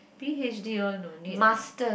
P_H_D all no need lah